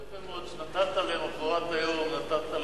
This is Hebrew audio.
יפה מאוד שנתת למחרת היום הקצבה,